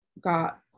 got